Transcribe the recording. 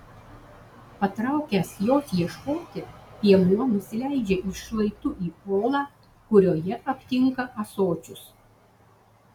patraukęs jos ieškoti piemuo nusileidžia šlaitu į olą kurioje aptinka ąsočius